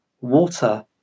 Water